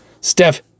steph